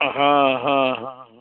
हँ हँ हँ